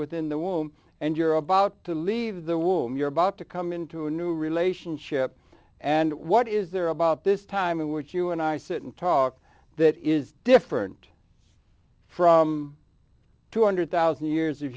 within the womb and you're about to leave the womb you're about to come into a new relationship and what is there about this time in which you and i sit and talk that is different from two hundred thousand years of